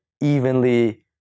evenly